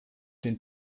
den